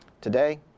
Today